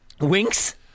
Winks